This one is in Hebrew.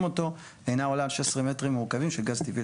אותו אינה עולה על 16 מטרים מעוקבים של גז טבעי.